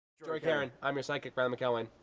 jory caron. i'm your sidekick, riley mcilwain.